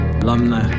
alumni